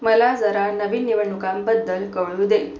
मला जरा नवीन निवडणुकांबद्दल कळू दे